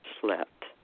slept